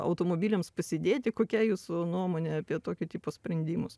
automobiliams pasidėti kokia jūsų nuomonė apie tokio tipo sprendimus